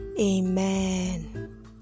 Amen